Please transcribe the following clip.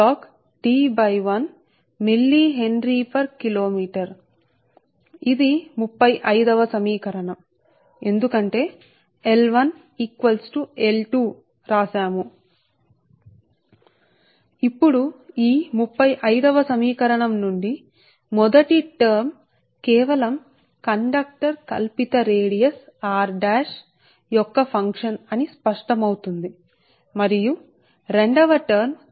అంటే ఈ పదం మొదటి పదాన్ని అంతర్గత ప్రవాహంఅంతర్గత ప్లక్స్ మరియు కండక్టర్కు బాహ్యం గా 1 మీటర్ వరకు వ్యాసార్థం వరకు ఇండక్టెన్స్గా నిర్వచించవచ్చు అందుకే r1 ఇప్పుడు ఈ సమీకరణం 35 నుండి మొదటి పదం కండక్టర్ యొక్క కల్పిత వ్యాసార్థం యొక్క ఫంక్షన్ ప్రమేయం మాత్రమే అని స్పష్టమవుతుంది ఈ పదం r1 యొక్క ఫంక్షన్ మాత్రమే మరియు రెండవ పదం D యొక్క ఫంక్షన్ మాత్రమే సరే